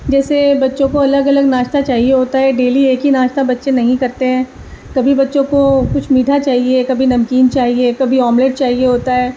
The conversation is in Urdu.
جیسے بچوں کو الگ الگ ناشتہ چاہیے ہوتا ہے ڈیلی ایک ہی ناشتہ بچے نہیں کرتے ہیں کبھی بچوں کو کچھ میٹھا چاہیے کبھی نمکین چاہیے کبھی آملیٹ چاہیے ہوتا ہے